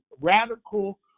radical